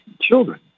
Children